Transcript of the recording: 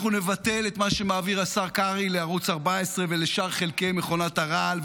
אנחנו נבטל את מה שמעביר השר קרעי לערוץ 14 ולשאר חלקי מכונת הרעל,